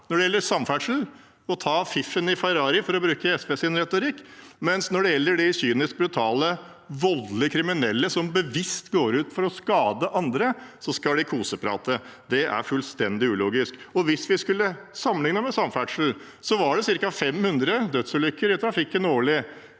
når det gjelder samferdsel og å «ta fiffen i Ferrari», for å bruke SVs retorikk, mens når det gjelder de kyniske, brutale, voldelige, kriminelle, som bevisst går ut for å skade andre, skal SV koseprate. Det er fullstendig ulogisk. Hvis vi skulle fortsette å sammenligne med samferdsel: Det var ca. 500 dødsulykker i trafikken årlig